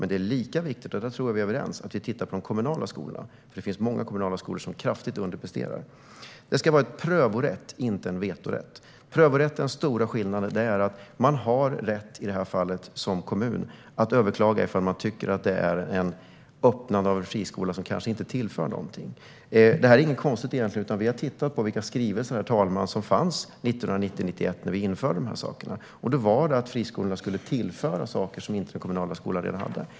Men det är lika viktigt - och där tror jag att vi är överens - att vi tittar på de kommunala skolorna. Det finns många kommunala skolor som underpresterar kraftigt. Det ska vara en prövorätt, inte en vetorätt. Den stora skillnaden med prövorätten är att man har rätt att överklaga - som kommun i det här fallet - ifall man tycker att öppnandet av en friskola inte tillför någonting. Det här är egentligen inget konstigt. Vi har tittat på vilka skrivelser, herr talman, som fanns 1990-1991, när man införde de här sakerna. Då handlade det om att friskolorna skulle tillföra saker som den kommunala skolan inte redan hade.